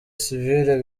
sivile